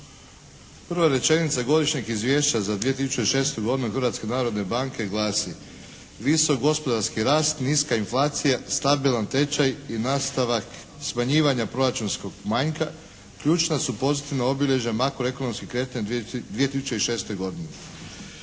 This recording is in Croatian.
Prva rečenica Godišnjeg izvješća za 2006. godinu Hrvatske narodne banke glasi: Visok gospodarski rast, niska inflacija, stabilan tečaj i nastavak smanjivanja proračunskog manjka ključna su pozitivna obilježja makro ekonomskih kretanja 2006. godine.